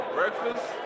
breakfast